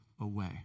away